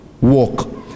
Walk